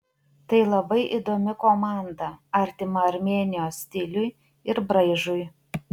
tai labai įdomi komanda artima armėnijos stiliui ir braižui